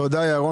תודה, ירון.